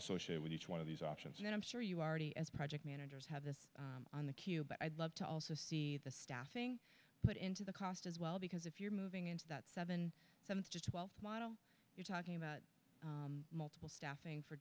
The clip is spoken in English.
associated with each one of these options and i'm sure you already as project managers have this on the queue but i'd love to also see the staffing put into the cost as well because if you're moving into that seven seventh's to twelve model you're talking about multiple staffing for